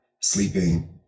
sleeping